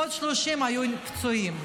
ועוד 30 היו פצועים.